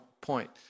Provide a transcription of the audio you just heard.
point